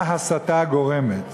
מה הסתה גורמת?